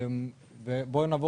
בשנת 2022